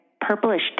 purplish